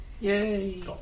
Yay